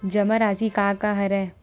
जमा राशि राशि का हरय?